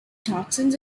toxins